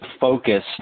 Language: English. focus